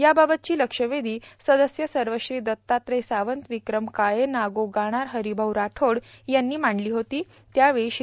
याबाबतची लक्षवेधी सदस्य सवश्री दत्तात्रय सावंत र्वक्रम काळे नागो गाणार र्हारभाऊ राठोड यांनी मांडली होती त्यावेळी श्री